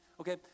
okay